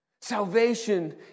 Salvation